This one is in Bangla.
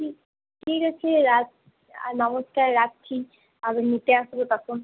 ঠিক ঠিক আছে নমস্কার রাখছি আমি নিতে আসব তখন